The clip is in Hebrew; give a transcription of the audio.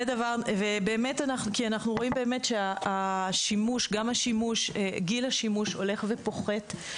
כי אנחנו רואים שגם גיל השימוש הולך ופוחת,